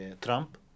Trump